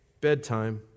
bedtime